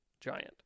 giant